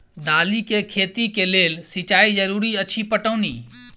दालि केँ खेती केँ लेल सिंचाई जरूरी अछि पटौनी?